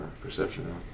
perception